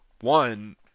one